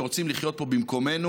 שרוצים לחיות פה במקומנו,